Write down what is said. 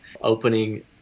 opening